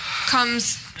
comes